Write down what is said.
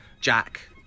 Jack